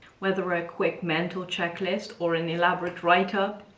whether a quick mental checklist or an elaborate write-up,